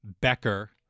Becker